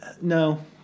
no